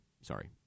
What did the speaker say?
sorry